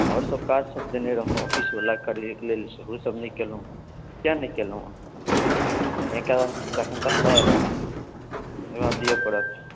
आओरसभ काजसभ देने रहहुँ ऑफिसवला करैके लेल सेहोसभ नहि केलहुँ किया नहि केलहुँ अहाँ नहि करब तखन तऽ हमरा जवाब दिअ पड़त